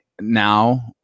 now